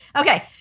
Okay